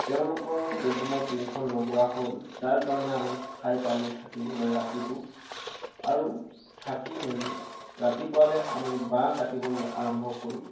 তেওঁলোকৰ বেডৰুমৰ টিংখন লগোৱা হ'ল যাৰ বাবে আমি ঠাই পালোঁ থাকিবলৈ ৰাতিটো আৰু থাকি মেলি ৰাতিপুৱালৈ আমি বাঁহ কাটিব আৰম্ভ কৰিলোঁ